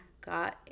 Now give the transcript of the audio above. got